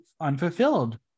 unfulfilled